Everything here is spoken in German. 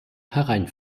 herein